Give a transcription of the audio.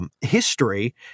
history